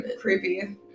creepy